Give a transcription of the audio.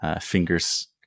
fingers